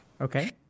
Okay